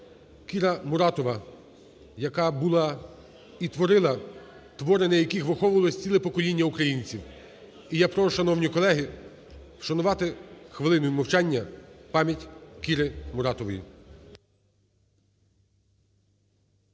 Кіра Муратова, яка була і творила твори, на яких виховувалось ціле покоління українців. І я прошу, шановні колеги, вшанувати хвилиною мовчання пам'ять Кіри Муратової.